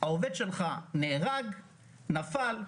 העובד שלך נפל ונהרג,